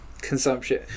consumption